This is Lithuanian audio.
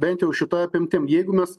bent jau šita apimtim jeigu mes